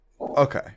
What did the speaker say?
Okay